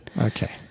Okay